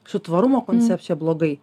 su tvarumo koncenpcija blogai